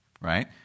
right